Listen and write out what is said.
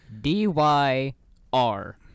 D-Y-R